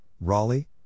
Raleigh